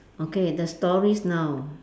okay the stories now